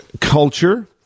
culture